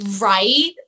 right